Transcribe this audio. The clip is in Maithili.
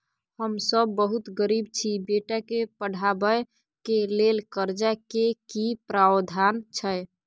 हम सब बहुत गरीब छी, बेटा के पढाबै के लेल कर्जा के की प्रावधान छै?